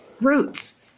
roots